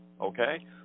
okay